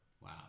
Wow